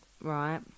right